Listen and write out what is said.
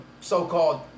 so-called